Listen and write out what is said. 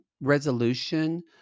resolution